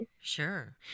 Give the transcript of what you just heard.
Sure